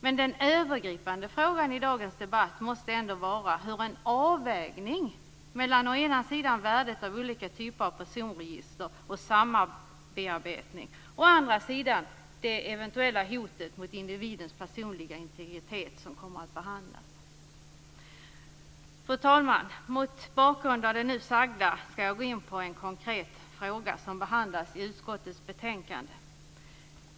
Men den övergripande frågan i dagens debatt måste ändå vara hur en avvägning skall göras mellan å ena sidan värdet av olika typer av personregister och sambearbetning och å andra sidan det eventuella hotet mot individens personliga integritet som kommer att behandlas. Fru talman! Mot bakgrund av det nu sagda skall jag gå in på en konkret fråga som behandlas i utskottets betänkande.